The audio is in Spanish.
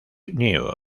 news